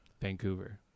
Vancouver